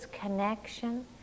connection